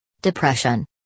Depression